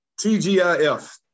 TGIF